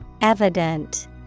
Evident